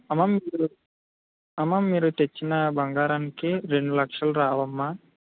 అమ్మ మీరు అమ్మ మీరు తెచ్చిన బంగారానికి రెండులక్షలు రావు అమ్మా